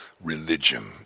religion